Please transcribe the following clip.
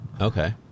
Okay